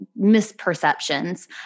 misperceptions